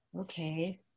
okay